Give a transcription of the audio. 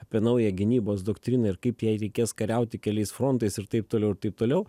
apie naują gynybos doktriną ir kaip jai reikės kariauti keliais frontais ir taip toliau ir taip toliau